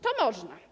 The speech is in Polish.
To można.